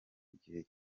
gihe